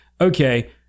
okay